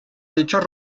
dichos